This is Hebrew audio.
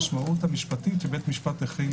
המשמעות המשפטית, שבית משפט החיל